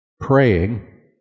praying